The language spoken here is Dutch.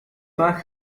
vaak